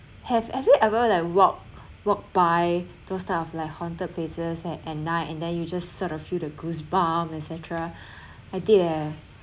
have have you ever like walked walked by those type like haunted places at night and then you just sort of feel like goosebump etcetera I did eh